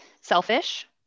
Selfish